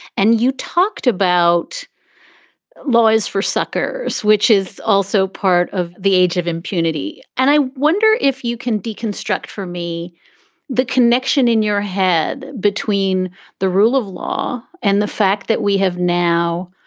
and you talked about lawyers for suckers, which is also part of the age of impunity. and i wonder if you can deconstruct for me the connection in your head between the rule of law and the fact that we have now,